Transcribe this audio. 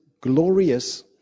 glorious